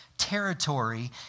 Territory